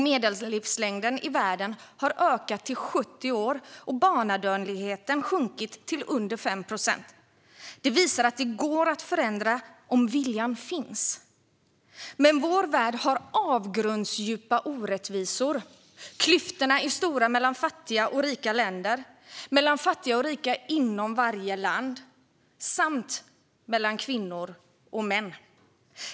Medellivslängden i världen har ökat till 70 år, och barnadödligheten har sjunkit till under 5 procent. Detta visar att det går att förändra om viljan finns. Men vår värld har avgrundsdjupa orättvisor. Klyftorna är stora mellan fattiga och rika länder, mellan fattiga och rika människor i varje land samt mellan kvinnor och män.